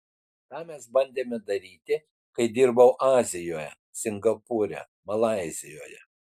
tą mes bandėme daryti kai dirbau azijoje singapūre malaizijoje